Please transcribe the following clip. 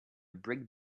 brick